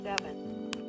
seven